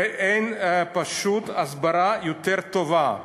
הרי פשוט אין הסברה יותר טובה.